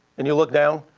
and you look down,